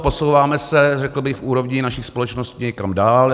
Posouváme se, řekl bych, v úrovni naší společnosti někam dál.